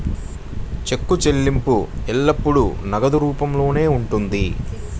చెక్కు చెల్లింపు ఎల్లప్పుడూ నగదు రూపంలోనే ఉంటుంది